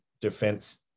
defense